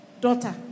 daughter